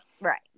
right